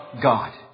God